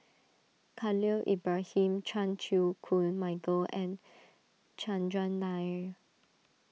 Khalil Ibrahim Chan Chew Koon Michael and Chandran Nair